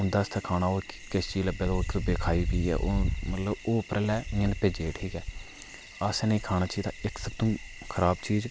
उं'दे आस्तै खाना ओह् किश चीज लब्भे ते ओह् खाई पीये हून मतलब ओह् उप्पर आह्ले इ'यां नै भेजे दे ठीक ऐ अस निं खाना चाहिदा इक सब तूं खराब चीज